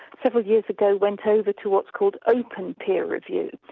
several years ago went over to what's called open peer review.